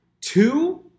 Two